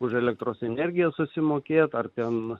už elektros energiją susimokėjote ar ten